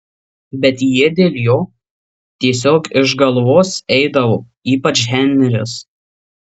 bet jie dėl jo tiesiog iš galvos eidavo ypač henris